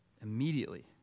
Immediately